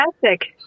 fantastic